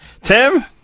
Tim